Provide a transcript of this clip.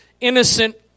innocent